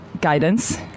Guidance